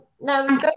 Now